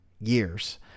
years